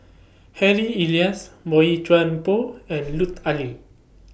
Harry Elias Boey Chuan Poh and Lut Ali